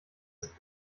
ist